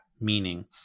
meaning